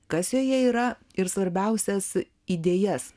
kas joje yra ir svarbiausias idėjas